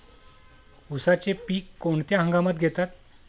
उसाचे पीक कोणत्या हंगामात घेतात?